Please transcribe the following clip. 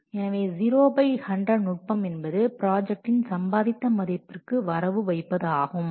எனவே 0 பை 100 நுட்பம் என்பது ப்ராஜெக்டின் சம்பாதித்த மதிப்பிற்கு வரவு வைப்பது ஆகும்